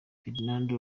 fernando